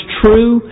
true